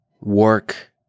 Work